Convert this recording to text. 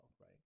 right